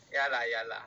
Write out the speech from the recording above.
ya lah ya lah